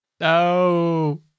No